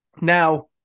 Now